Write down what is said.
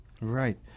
right